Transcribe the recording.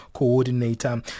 coordinator